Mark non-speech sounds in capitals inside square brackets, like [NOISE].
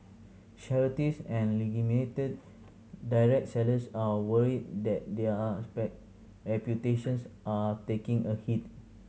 charities and [UNINTELLIGIBLE] direct sellers are worried that their [UNINTELLIGIBLE] reputations are taking a hit